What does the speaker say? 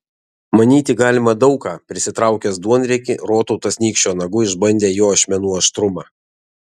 manyti galima daug ką prisitraukęs duonriekį rotautas nykščio nagu išbandė jo ašmenų aštrumą